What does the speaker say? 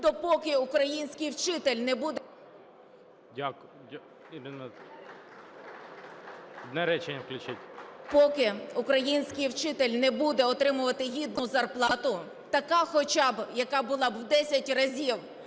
Поки український вчитель не буде отримувати гідну зарплату, така хоча б, яка була б в 10 разів,